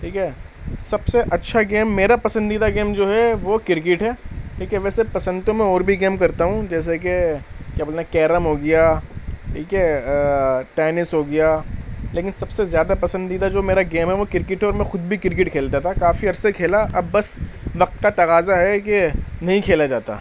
ٹھیک ہے سب سے اچھا گیم میرا پسندیدہ گیم جو ہے وہ کرکٹ ہے ٹھیک ہے ویسے پسند تو میں اور بھی گیم کرتا ہوں جیسے کہ کیا بولتے ہیں کیرم ہو گیا ٹھیک ہے ٹینس ہو گیا لیکن سب سے زیادہ پسندیدہ جو میرا گیم ہے وہ کرکٹ ہے اور میں خود بھی کرکٹ کھیلتا تھا کافی عرصے کھیلا اب بس وقت کا تقاضا ہے کہ نہیں کھیلا جاتا